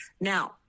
Now